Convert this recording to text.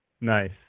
nice